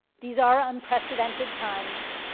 these are unprecedented times,